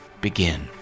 begin